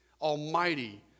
almighty